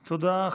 תודה.